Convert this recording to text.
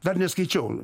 dar neskaičiau